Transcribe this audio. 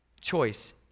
choice